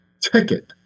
ticket